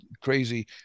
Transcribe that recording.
crazy